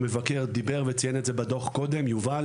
יובל